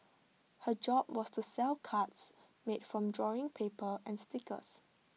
her job was to sell cards made from drawing paper and stickers